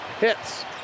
hits